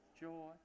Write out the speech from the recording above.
joy